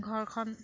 ঘৰখন